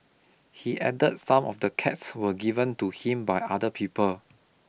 he added some of the cats were given to him by other people